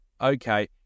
okay